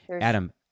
Adam